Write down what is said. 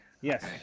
Yes